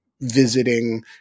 visiting